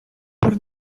por